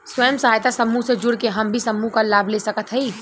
स्वयं सहायता समूह से जुड़ के हम भी समूह क लाभ ले सकत हई?